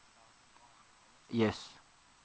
yes